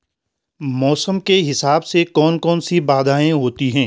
मौसम के हिसाब से कौन कौन सी बाधाएं होती हैं?